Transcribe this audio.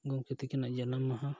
ᱜᱚᱢᱠᱮ ᱛᱤᱠᱤᱱᱟᱜ ᱡᱟᱱᱟᱢ ᱢᱟᱦᱟ